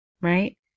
right